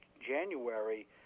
January